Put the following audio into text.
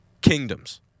kingdoms